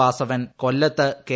വാസവൻ കൊല്ലത്ത് കെ